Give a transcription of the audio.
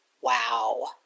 Wow